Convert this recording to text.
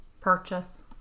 Purchase